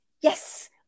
Yes